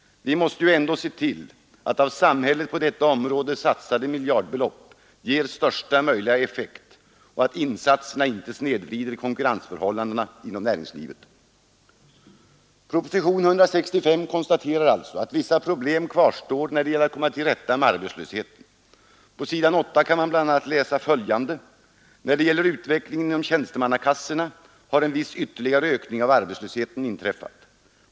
Vi måste ändå se till att av samhället på detta område satsade miljardbelopp ger största möjliga effekt och att insatserna inte snedvrider konkurrensförhållandena inom näringslivet. Propositionen 165 konstaterar alltså att vissa problem kvarstår när det gäller att komma till rätta med arbetslösheten. På s. 8 kan bl.a. läsas följande: ”När det däremot gäller utvecklingen inom tjänstemannakassorna har en viss ytterligare ökning av arbetslösheten inträffat.